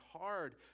hard